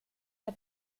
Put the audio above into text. der